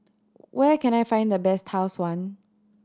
where can I find the best Tau Suan